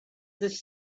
this